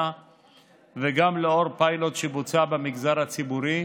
וגם לאור פיילוט שבוצע במגזר הציבורי,